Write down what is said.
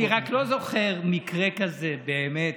אני רק לא זוכר מקרה כזה, באמת,